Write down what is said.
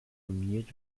dominiert